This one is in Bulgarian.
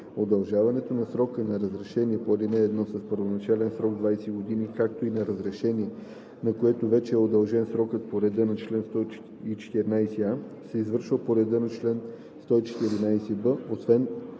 Удължаването на срока на разрешение по ал. 1 с първоначален срок 20 години, както и на разрешение, на което вече е удължен срокът по реда на чл. 114а, се извършва по реда на чл. 1146, освен